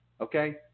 Okay